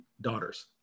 daughters